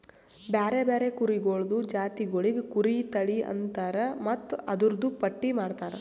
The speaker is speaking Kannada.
ಬ್ಯಾರೆ ಬ್ಯಾರೆ ಕುರಿಗೊಳ್ದು ಜಾತಿಗೊಳಿಗ್ ಕುರಿ ತಳಿ ಅಂತರ್ ಮತ್ತ್ ಅದೂರ್ದು ಪಟ್ಟಿ ಮಾಡ್ತಾರ